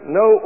no